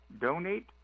donate